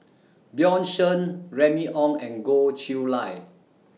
Bjorn Shen Remy Ong and Goh Chiew Lye